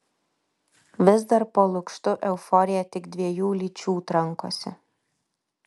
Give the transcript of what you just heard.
vis dar po lukštu euforija tik dviejų lyčių trankosi